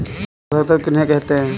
स्थूल पोषक तत्व किन्हें कहते हैं?